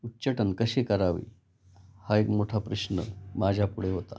उच्चाटन कसे करावे हा एक मोठा प्रश्न माझ्यापुुढे होता